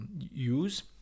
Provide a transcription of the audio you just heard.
use